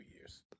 years